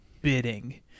bidding